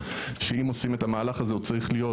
שאם עושים את המהלך הזה הוא צריך להיות